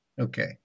Okay